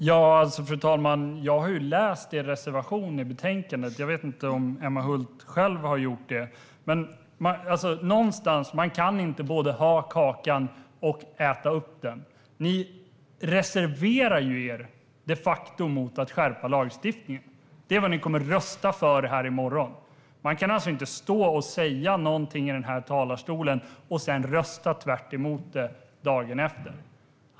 Fru talman! Jag har läst er reservation i betänkandet, Emma Hult. Jag vet inte om Emma Hult själv har gjort det. Man kan inte både ha kakan och äta upp den. Ni reserverar er de facto mot att skärpa lagstiftningen. Det är vad ni kommer att rösta för här i morgon. Man kan inte säga något i talarstolen och sedan rösta tvärtemot det dagen efter.